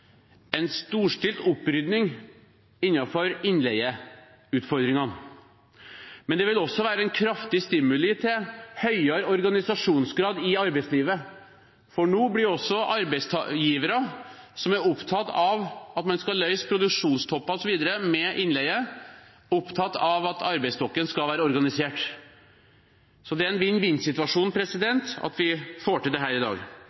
en storstilt opprydning innenfor innleieutfordringene. Det vil også være en kraftig stimuli til høyere organisasjonsgrad i arbeidslivet, for nå blir også arbeidsgivere som er opptatt av at man skal løse produksjonstopper osv. med innleie, opptatt av at arbeidsstokken skal være organisert. Så det er en vinn-vinn-situasjon at vi får til dette i dag.